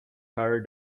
her